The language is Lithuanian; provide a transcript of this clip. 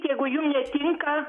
jeigu jum netinka